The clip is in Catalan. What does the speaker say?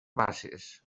bases